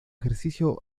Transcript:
ejercicio